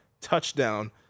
touchdown